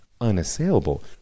unassailable